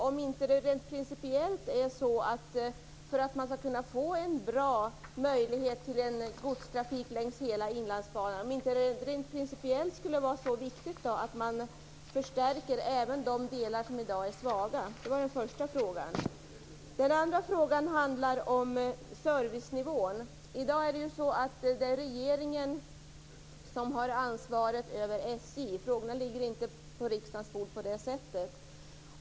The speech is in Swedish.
Om det skall gå att ha godstrafik längs hela Inlandsbanan, är det inte principiellt viktigt att förstärka de delar som är svaga? Den andra frågan handlar om servicenivån. I dag är det regeringen som har ansvaret över SJ. Frågorna ligger inte på riksdagens bord.